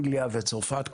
אנגליה וצרפת,